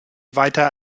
weiter